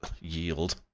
yield